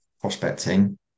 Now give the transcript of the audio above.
prospecting